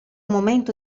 momento